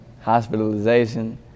hospitalization